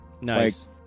Nice